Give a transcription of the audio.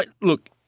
Look